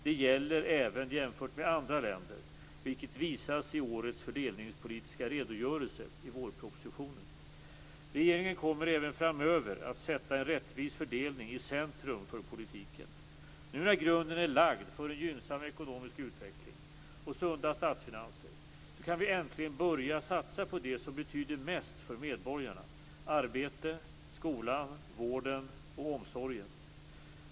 Det gäller även jämfört med andra länder, vilket visas i årets fördelningspolitiska redogörelse i vårpropositionen. Regeringen kommer även framöver att sätta en rättvis fördelning i centrum för politiken. Nu när grunden är lagd för en gynnsam ekonomisk utveckling och sunda statsfinanser kan vi äntligen börja satsa på det som betyder mest för medborgarna: arbete, skola, vård och omsorg.